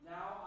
Now